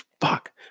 Fuck